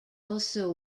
also